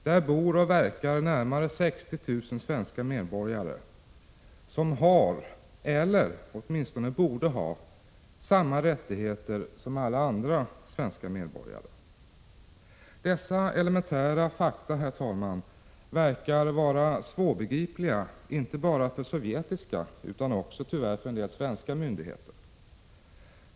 Där bor och verkar närmare 60 000 svenska medborgare, som har — åtminstone borde de ha — samma rättigheter som alla andra svenska medborgare. Dessa elementära fakta, herr talman, verkar vara svårbegripliga inte bara för sovjetiska utan tyvärr också för en del svenska myndigheter.